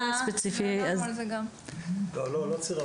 לא, לא צירפנו.